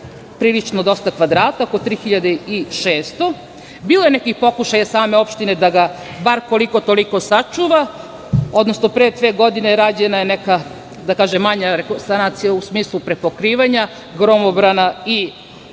prilično dosta kvadrata, oko 3.600. Bilo je nekih pokušaja same opštine da ga bar koliko, toliko sačuva, odnosno pre dve godine rađena je neka, da kažem manja sanacija u smislu prepokrivanja gromobrana i